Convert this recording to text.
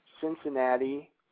Cincinnati